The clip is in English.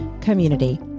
community